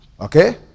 Okay